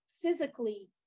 physically